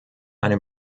eine